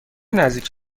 نزدیک